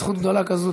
בעזרת השם,